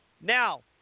Now